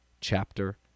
Chapter